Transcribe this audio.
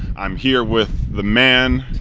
i'm here with the man.